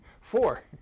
Four